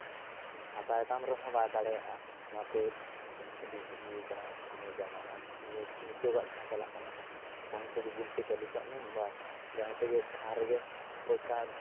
ᱦᱟᱛᱟᱭ ᱛᱟᱢ ᱨᱮᱦᱚᱸ ᱵᱟᱭ ᱫᱟᱲᱮᱭᱟᱜᱼᱟ ᱚᱱᱟᱛᱮ ᱟᱹᱰᱤ ᱵᱷᱟᱹᱜᱤᱣ ᱟᱠᱟᱱᱟ ᱱᱤᱭᱟᱹ ᱡᱟᱢᱟᱱᱟ ᱱᱤ ᱱᱤᱛᱳᱜᱟᱜ ᱡᱟᱦᱟᱸ ᱪᱟᱞᱟᱜ ᱠᱟᱱᱟ ᱯᱷᱳᱱ ᱯᱮ ᱜᱩᱜᱩᱞ ᱯᱮ ᱪᱟᱹᱞᱩ ᱠᱟᱜ ᱢᱮ ᱵᱟᱥ ᱡᱟᱦᱟᱸᱛᱮᱜᱮ ᱡᱟᱦᱟᱸ ᱨᱮᱜᱮ ᱯᱚᱭᱥᱟ